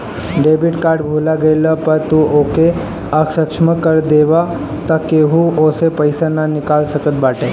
debit card भूला गईला पअ तू ओके असक्षम कर देबाअ तअ केहू ओसे पईसा ना निकाल सकत बाटे